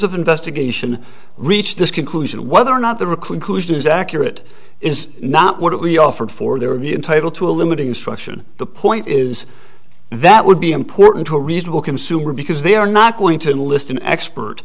of investigation reached this conclusion whether or not the reclusion is accurate is not what we offered for their immune title to a limiting instruction the point is that would be important to a reasonable consumer because they are not going to list an expert